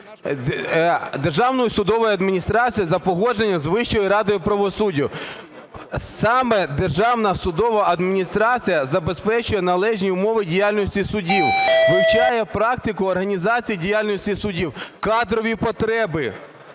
Державною судовою адміністрацією за погодженням з Вищою радою правосуддя? Саме Державна судова адміністрація забезпечує належні умови діяльності судів, вивчає практику організації діяльності судів, кадрові потреби.